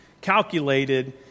calculated